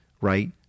Right